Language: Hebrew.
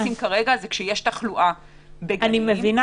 כשיש תחלואה- -- (היו"ר יעקב אשר,